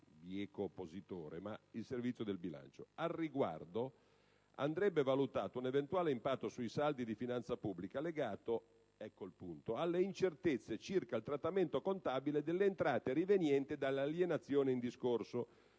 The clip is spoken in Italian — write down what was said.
bieco oppositore, a proposito di questo comma: «Al riguardo, andrebbe valutato un eventuale impatto sui saldi di finanza pubblica legato alle incertezze circa il trattamento contabile delle entrate rivenienti dall'alienazione in discorso